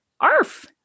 arf